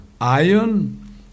iron